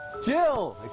jill,